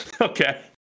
Okay